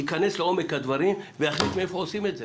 ייכנס לעומק הדברים ויחליט מאיפה עושים את זה.